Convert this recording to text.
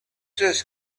this